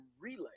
Relay